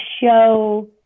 show